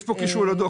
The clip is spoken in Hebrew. יש קישור לדוח.